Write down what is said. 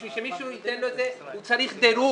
בשביל שמישהו ייתן לו את זה הוא צריך דירוג.